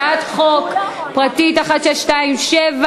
הצעת חוק פרטית 1627,